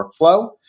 workflow